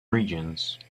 regions